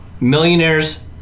millionaires